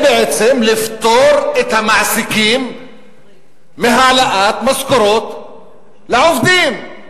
בעצם זה לפטור את המעסיקים מהעלאת משכורות לעובדים,